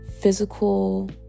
physical